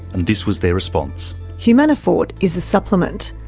and this was their response humanofort is a supplement.